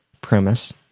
premise